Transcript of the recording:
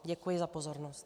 Děkuji za pozornost.